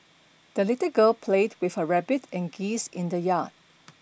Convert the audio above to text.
the little girl played with her rabbit and geese in the yard